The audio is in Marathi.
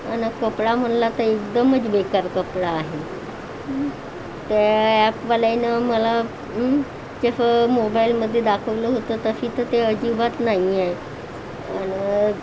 आणि कपडा म्हणला तर एकदमच बेकार कपडा आहे त्या ॲपवाल्यानं मला जसं मोबाईलमध्ये दाखवलं होतं तशी तर ते अजिबात नाही आहे आणि